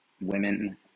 women